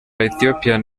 ethiopian